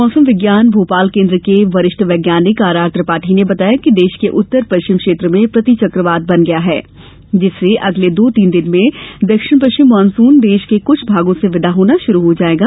मौसम विज्ञान भोपाल केन्द्र के वरिष्ठ वैज्ञानिक आर आर त्रिपाठी ने बताया कि देश के उत्तर पश्चिम क्षेत्र में प्रति चक्रवात बन गया है जिससे अगले दो तीन दिन में दक्षिण पश्चिम मानसून देश के कुछ भागों से विदा होना शुरू हो जायेगा